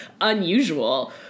unusual